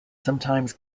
sometimes